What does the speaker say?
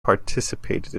participated